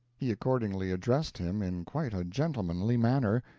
he accordingly addressed him in quite a gentlemanly manner,